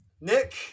Nick